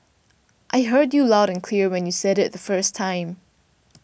I heard you loud and clear when you said it the first time